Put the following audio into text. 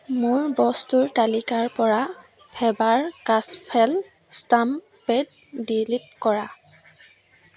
মোৰ বস্তুৰ তালিকাৰ পৰা ফেবাৰ কাষ্টচেল ষ্টাম্প পেড ডিলিট কৰা